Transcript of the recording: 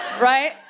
right